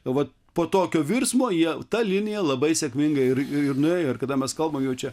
vat po tokio virsmo jie ta linija labai sėkmingai ir ir nuėjo ir kada mes kalbam jau čia